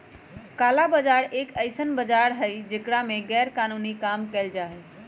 काला बाजार एक ऐसन बाजार हई जेकरा में गैरकानूनी काम कइल जाहई